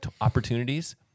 opportunities